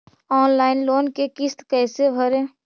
Online loan के किस्त कैसे भरे?